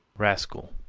rascal,